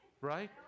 Right